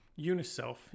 Uniself